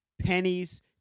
pennies